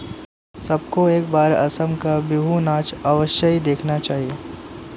सबको एक बार असम का बिहू नाच अवश्य देखना चाहिए